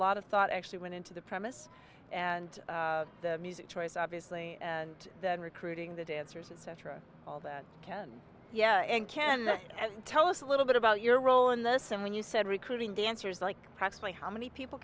lot of thought actually went into the premise and the music choice obviously and the recruiting the dancers etc all that can yeah and can as tell us a little bit about your role in this and when you said recruiting dancers like presley how many people